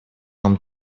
нам